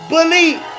Believe